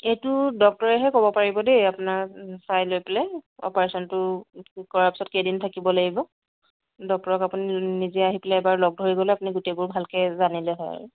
এইটো ডক্টৰেহে ক'ব পাৰিব দেই আপোনাৰ চাই লৈ পেলাই অপাৰেশ্য়নটো কৰাৰ পিছত কেইদিন থাকিব লাগিব ডক্টৰক আপুনি নিজেই আহি পেলাই এবাৰ লগ ধৰি গ'লে গোটেইখিনি ভালকৈ জানিলে হয় আৰু